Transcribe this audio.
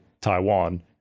Taiwan